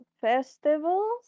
festivals